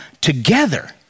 together